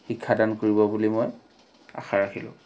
শিক্ষাদান কৰিব বুলি মই আশা ৰাখিলোঁ